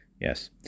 Yes